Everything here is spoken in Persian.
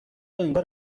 انگار